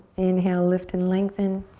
inhale, lift and lengthen.